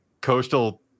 coastal